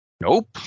Nope